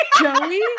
Joey